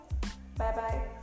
Bye-bye